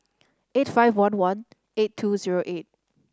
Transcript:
eight five one one eight two zero eight